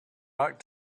like